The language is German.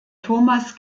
thomas